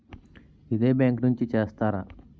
ఇదే బ్యాంక్ నుంచి చేస్తారా?